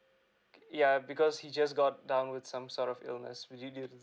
yeah because he just got down with some sort of illness which just give